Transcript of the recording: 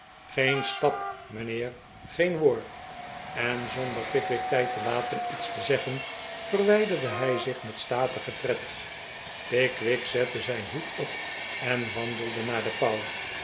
geen stap mijnheer geen woord en zonder pickwick tijd te laten iets te zeggen verwijderde hij zich met statigen tred pickwick zette zijn hoed op en wandelde naar de pauw